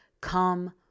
come